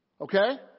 Okay